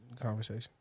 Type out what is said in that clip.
conversation